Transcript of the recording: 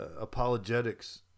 apologetics